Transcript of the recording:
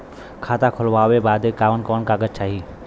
खाता खोलवावे बादे कवन कवन कागज चाही?